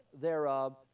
thereof